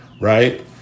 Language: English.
right